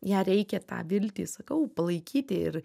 ją reikia tą viltį sakau palaikyti ir